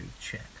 Check